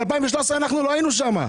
ב-2013 לא היינו שם.